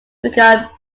become